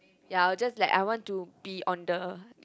ya I'll just like I want to be on the